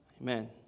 Amen